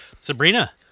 Sabrina